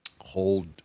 hold